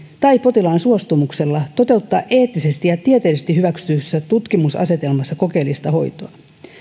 tai potilaan suostumuksella toteuttaa eettisesti ja tieteellisesti hyväksytyssä tutkimusasetelmassa kokeellista hoitoa